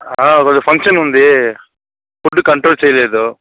కొద్ది ఫంక్షన్ ఉంది food control చెయ్యలేదు